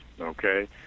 okay